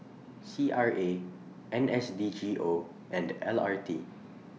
C R A N S D G O and L R T